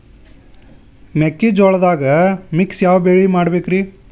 ಮೆಕ್ಕಿಜೋಳದಾಗಾ ಮಿಕ್ಸ್ ಯಾವ ಬೆಳಿ ಹಾಕಬೇಕ್ರಿ?